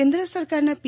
કેન્દ્ર સરકારના પી